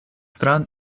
стран